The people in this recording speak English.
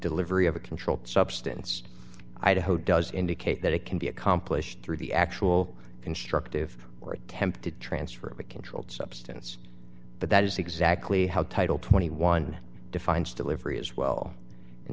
delivery of a controlled substance idaho does indicate that it can be accomplished through the actual constructive or attempted transfer of a controlled substance but that is exactly how title twenty one defines delivery as well and